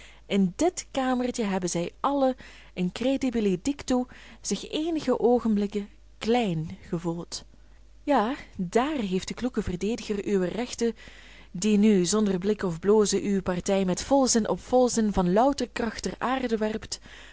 in dit kamertje hebben zij allen incredibile dictu zich eenige oogenblikken klein gevoeld ja daar heeft de kloeke verdediger uwer rechten die nu zonder blikken of blozen uw partij met volzin op volzin van louter kracht ter aarde werpt